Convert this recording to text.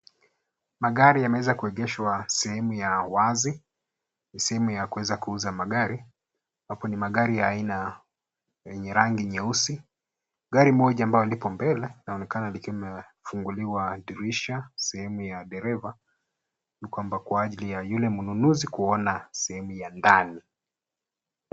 Magari yameweza kuegeshwa sehemu ya wazi. Sehemu ya kuweza kuuza magari. Hapo ni magari aina, yenye rangi nyeusi. Gari moja ambayo lipo mbele, linaonekana likiwa limefunguliwa dirisha sehemu ya dereva, ni kwamba kwa ajili ya yule mnunuzi kuona sehemu ya ndani.